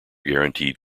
guaranteed